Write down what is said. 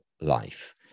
life